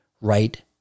right